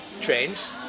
trains